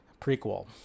Prequel